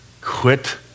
Quit